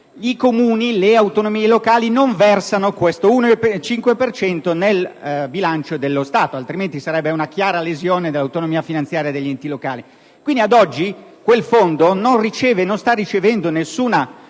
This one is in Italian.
i Comuni e le autonomie locali non versano questo 1,5 per cento nel bilancio dello Stato, altrimenti vi sarebbe una chiara lesione dell'autonomia finanziaria degli enti locali. Quindi, ad oggi, quel fondo non sta ricevendo nessun